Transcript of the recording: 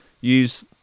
use